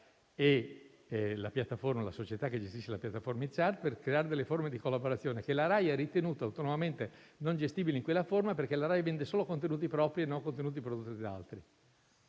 e la società che gestisce la piattaforma Itsart per creare forme di collaborazione che la RAI stessa ha ritenuto autonomamente non gestibili in quella forma, perché vende solo contenuti propri e non prodotti da altri.